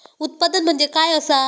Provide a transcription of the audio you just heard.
उत्पादन म्हणजे काय असा?